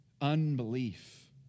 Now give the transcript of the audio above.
unbelief